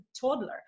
toddler